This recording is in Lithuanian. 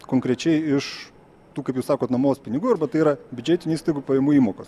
konkrečiai iš tų kaip jūs sakot nuomos pinigų arba tai yra biudžetinių įstaigų pajamų įmokos